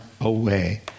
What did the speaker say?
away